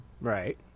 Right